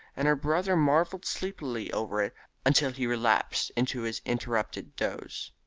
and her brother marvelled sleepily over it until he relapsed into his interrupted doze.